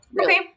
Okay